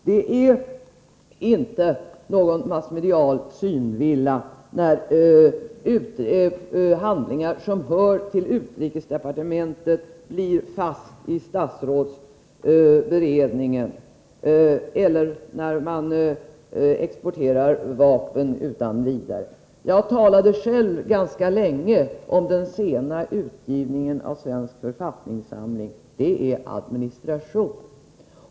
Det är inte fråga om någon massmedial synvilla när handlingar som hör till utrikesdepartementet blir fast i statsrådsberedningen eller när man exporterar vapen utan vidare. Jag talade själv ganska länge om den sena utgivningen av Svensk författningssamling. Det är fråga om administration.